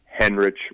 Henrich